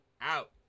out